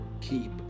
keep